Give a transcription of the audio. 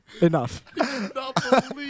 Enough